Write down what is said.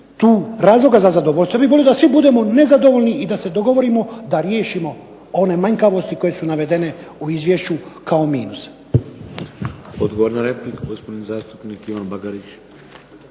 tu razloga za zadovoljstvo, ja bih volio da svi budemo nezadovoljni i da riješimo one manjkavosti koje su navedene u Izvješću kao minus. **Šeks, Vladimir (HDZ)** Odgovor na repliku gospodin zastupnik Ivan Bagarić.